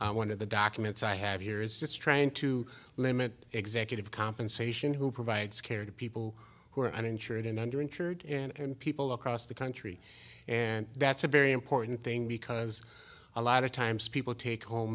one of the documents i have here is just trying to limit executive compensation who provides care to people who are uninsured and under insured and people across the country and that's a very important thing because a lot of times people take ho